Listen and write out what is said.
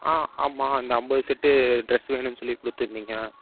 ஆ ஆமாம் அந்த ஐம்பது செட்டு ட்ரெஸ் வேணும்ன்னு சொல்லி கொடுத்துருந்தீங்க